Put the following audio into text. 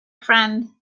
friend